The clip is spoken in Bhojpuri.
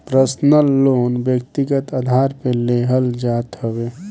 पर्सनल लोन व्यक्तिगत आधार पे देहल जात हवे